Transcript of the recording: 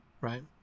right